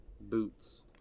boots